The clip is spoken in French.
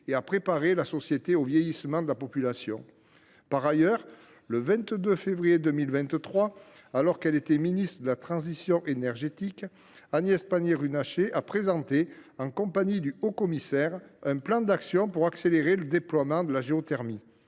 et à préparer la société au vieillissement de sa population. Par ailleurs, le 22 février 2023, alors qu’elle était ministre de la transition énergétique, Agnès Pannier Runacher a présenté, en compagnie du haut commissaire, un plan d’action pour accélérer le déploiement de la géothermie.